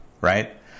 Right